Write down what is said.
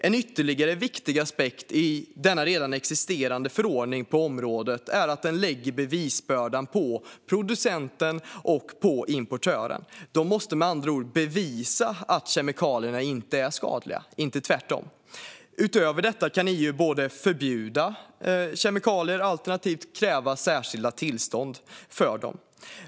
En ytterligare viktig aspekt i denna redan existerande förordning på området är att den lägger bevisbördan på producenten och på importören. De måste med andra ord bevisa att kemikalierna inte är skadliga - inte tvärtom. Utöver detta kan EU förbjuda kemikalier, alternativt kräva särskilda tillstånd för dem.